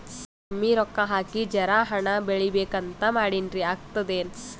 ಕಮ್ಮಿ ರೊಕ್ಕ ಹಾಕಿ ಜರಾ ಹಣ್ ಬೆಳಿಬೇಕಂತ ಮಾಡಿನ್ರಿ, ಆಗ್ತದೇನ?